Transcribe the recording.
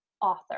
author